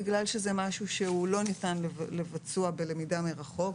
בגלל שזה משהו שהוא לא ניתן לביצוע בלמידה מרחוק,